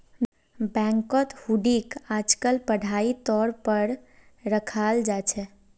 बैंकत हुंडीक आजकल पढ़ाई तौर पर रखाल जा छे